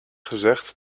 gezegd